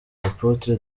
apotre